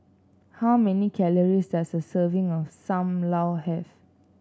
how many calories does a serving of Sam Lau have